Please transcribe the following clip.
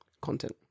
content